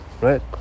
right